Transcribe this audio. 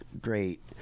great